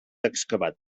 excavat